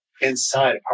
inside